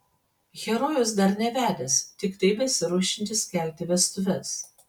herojus dar nevedęs tiktai besiruošiantis kelti vestuves